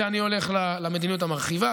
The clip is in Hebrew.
כי ידעתי שאני הולך למדיניות המרחיבה.